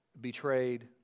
betrayed